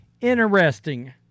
interesting